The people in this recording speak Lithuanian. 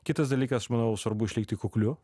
kitas dalykas manau svarbu išlikti kukliu